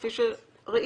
כפי שראית,